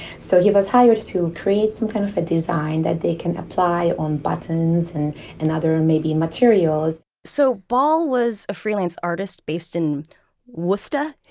so he was hired to create some kind of a design that they can apply on buttons and and other, and maybe, materials so ball was a freelance artist based in worcester